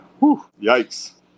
yikes